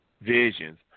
visions